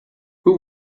who